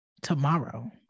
tomorrow